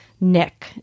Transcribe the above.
Nick